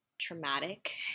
traumatic